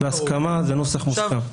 בהסכמה, זה נוסח מוסכם.